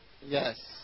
Yes